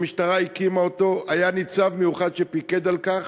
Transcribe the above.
המשטרה הקימה אותו, היה ניצב מיוחד שפיקד על כך.